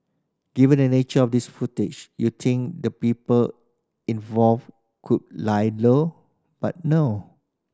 given the nature of this footage you think the people involved could lie low but no